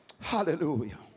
Hallelujah